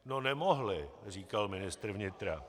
No nemohli, říkal ministr vnitra.